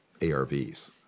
ARVs